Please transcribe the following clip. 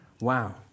Wow